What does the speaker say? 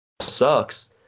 sucks